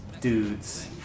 dudes